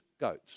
goats